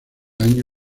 año